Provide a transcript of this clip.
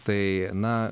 tai na